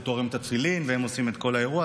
הוא תורם את התפילין, והם עושים את כל האירוע.